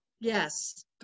yes